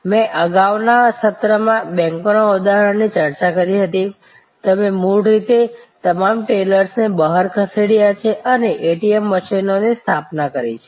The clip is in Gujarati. મેં અગાઉના સત્રમાં બેંકોના ઉદાહરણ ની ચર્ચા કરી હતી તમે મૂળ રીતે તમામ ટેલર્સને બહાર ખસેડ્યા છે અને એટીએમ મશીનો સ્થાપિત કર્યા છે